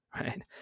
right